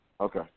Okay